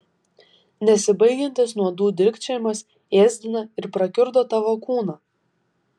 nesibaigiantis nuodų dilgčiojimas ėsdina ir prakiurdo tavo kūną